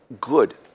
good